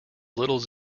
little